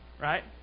Right